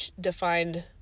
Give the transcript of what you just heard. defined